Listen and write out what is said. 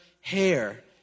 hair